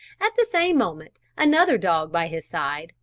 at the same moment another dog by his side,